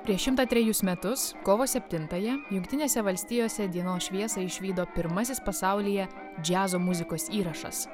prieš šimtą trejus metus kovo septintąją jungtinėse valstijose dienos šviesą išvydo pirmasis pasaulyje džiazo muzikos įrašas